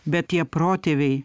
bet tie protėviai